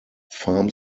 farm